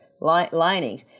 linings